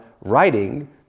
writing